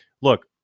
Look